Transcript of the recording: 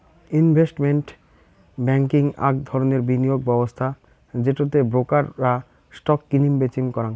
investment banking আক ধরণের বিনিয়োগ ব্যবস্থা যেটো তে ব্রোকার রা স্টক কিনিম বেচিম করাং